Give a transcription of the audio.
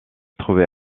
trouvait